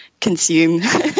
consume